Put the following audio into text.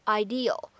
ideal